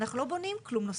אנחנו לא בונים כלום נוסף,